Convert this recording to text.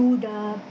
to the